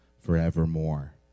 forevermore